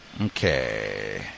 Okay